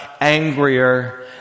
angrier